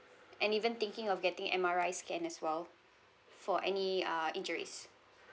and even thinking of getting M_R_I scan as well for any uh injuries